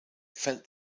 felt